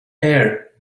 air